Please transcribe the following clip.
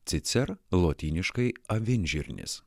cicer lotyniškai avinžirnis